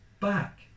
back